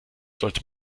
sollte